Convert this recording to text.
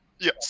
Yes